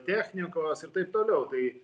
technikos ir taip toliau tai